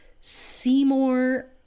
Seymour